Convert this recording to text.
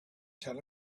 ten